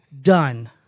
done